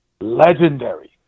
legendary